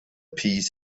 peace